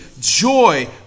joy